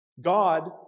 God